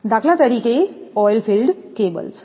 દાખ્લા તરીકે કે oil field cables